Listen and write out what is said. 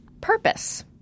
purpose